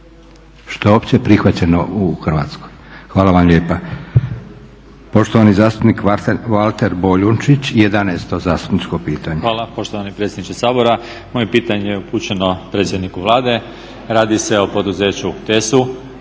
što je opće prihvaćeno u Hrvatskoj. Hvala vam lijepa. Poštovani zastupnik Valter Boljunčić, 11.zastupničko pitanje. **Boljunčić, Valter (IDS)** Hvala poštovani predsjedniče Sabora. Moje je pitanje upućeno predsjedniku Vlade, radi se o poduzeću TESU.